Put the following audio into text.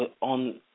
on